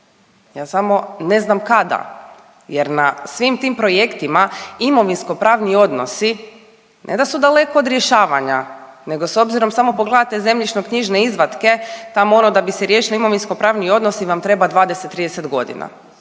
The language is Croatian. Ja samo ne znam kada jer na svim tim projektima imovinsko pravni odnosi, ne da su daleko od rješavanja nego s obzirom samo pogledate zemljišno knjižne izvatke, tamo ono da bi se riješili imovinsko pravni odnosi vam treba 20, 30 godina.